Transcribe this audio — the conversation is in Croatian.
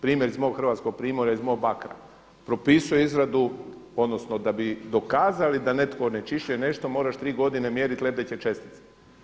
Primjer iz mog Hrvatskog Primorja, iz mog bakra, propisuje izradu, odnosno da bi dokazali da netko onečišćuje nešto moraš 3 godine mjeriti lebdeće čestice.